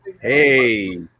hey